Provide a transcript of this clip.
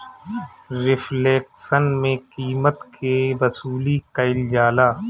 reflection में कीमत के वसूली कईल जाला